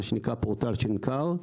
מה שנקרא "פורטל שנקר",